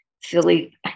Philly